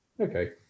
Okay